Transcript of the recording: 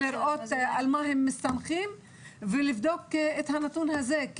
לראות על מה הם מסתמכים ולבדוק את הנתון הזה.